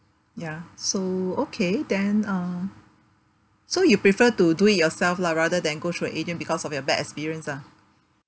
ya so okay then uh so you prefer to do it yourself lah rather than go through a agent because of your bad experience lah